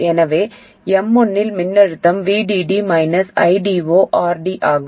எனவே M1 இல் மின்னழுத்தம் VDD ID0RD ஆகும்